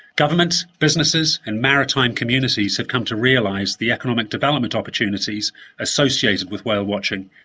governments, businesses and maritime communities have come to realize the economic development opportunities associated with whale watching.